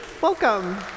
Welcome